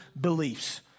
beliefs